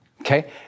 okay